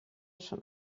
schon